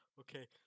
okay